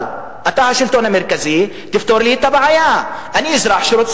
אני בטוח שהצלחת